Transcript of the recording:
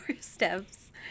steps